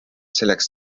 selleks